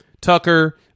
Tucker